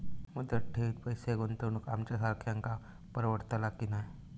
मुदत ठेवीत पैसे गुंतवक आमच्यासारख्यांका परवडतला की नाय?